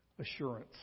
assurance